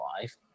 life